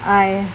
I